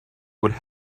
would